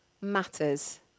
matters